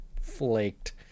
flaked